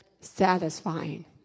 satisfying